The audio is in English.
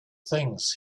things